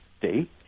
date